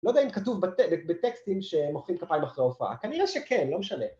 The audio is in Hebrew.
‫לא יודע אם כתוב בטקסטים ‫שמוחאים כפיים אחרי הופעה. ‫כנראה שכן, לא משנה.